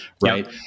right